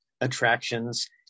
attractions